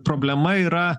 problema yra